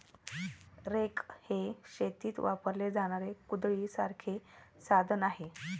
rake हे शेतीत वापरले जाणारे कुदळासारखे साधन आहे